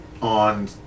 on